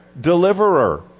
deliverer